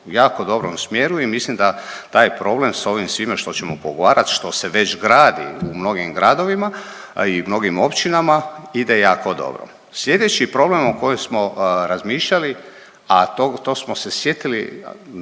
u jako dobrom smjeru i mislim da taj problem s ovim svima što ćemo pougovarat, što se već gradi u mnogim gradovima i mnogim općinama ide jako dobro. Sljedeći problem o kojem smo razmišljali, a to smo se sjetili,